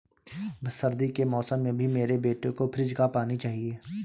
सर्दी के मौसम में भी मेरे बेटे को फ्रिज का पानी चाहिए